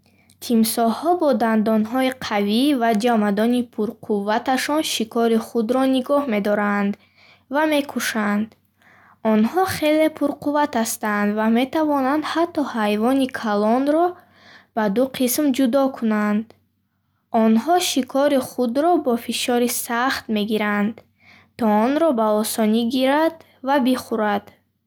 Тимсоҳҳо бо дандонҳои қавӣ ва ҷамадони пурқувваташон шикори худро нигоҳ медоранд ва мекушанд. Онҳо хеле пурқувват астанд ва метавонад ҳатто ҳайвони калонро ба ду қисм ҷудо кунад. Онҳо шикори худро бо фишори сахт мегиранд, то онро ба осонӣ гирад ва бихӯрад.